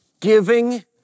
giving